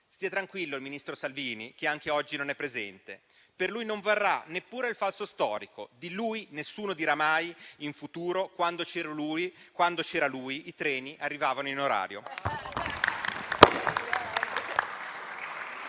Stia tranquillo il ministro Salvini, che anche oggi non è presente: per lui non varrà neppure il falso storico. Di lui nessuno dirà mai, in futuro, che, quando c'era lui, i treni arrivavano in orario.